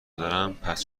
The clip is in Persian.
دارن، پس